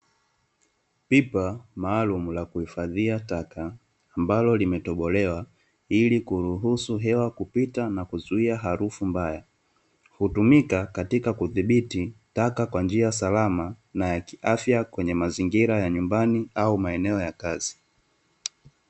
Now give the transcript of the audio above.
Pipa maalumu la kuhifadhia taka, ambalo limetobolewa ili kuruhusu hewa kupita na kuzuia harufu mbaya, hutumika katika kudhibiti taka kwa njia salama na ya kiafya kwenye mazingira ya nyumbani au maeneo ya kazi.